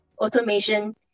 automation